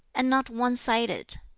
and not one-sided.